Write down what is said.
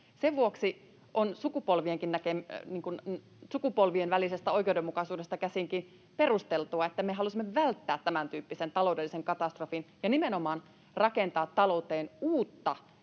Sen vuoksi on sukupolvien välisestä oikeudenmukaisuudestakin käsin perusteltua, että me halusimme välttää tämäntyyppisen taloudellisen katastrofin ja nimenomaan rakentaa talouteen uutta